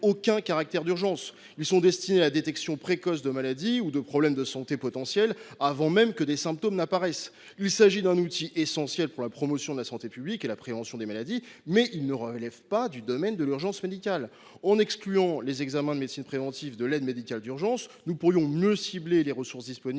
caractère d’urgence. Ils sont destinés à la détection précoce de maladies ou de problèmes de santé potentiels, c’est à dire avant même que des symptômes n’apparaissent. Il s’agit d’un outil essentiel pour la promotion de la santé publique et pour la prévention des maladies, mais il ne relève pas du domaine de l’urgence médicale. En excluant les examens de médecine préventive de l’aide médicale d’urgence, nous pourrions mieux cibler les ressources disponibles